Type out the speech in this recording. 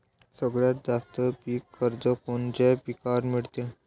सगळ्यात जास्त पीक कर्ज कोनच्या पिकावर मिळते?